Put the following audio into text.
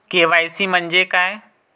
KYC म्हंजे काय?